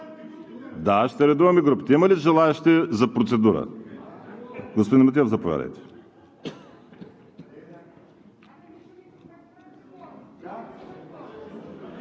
Да, ще редуваме групите. Има ли желаещи за процедура? Господин Митев, заповядайте.